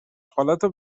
خالتو